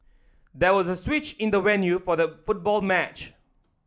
there was a switch in the venue for the football match